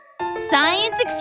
Science